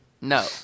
No